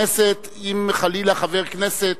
התשס"ט 2009, עברה בקריאה